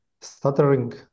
Stuttering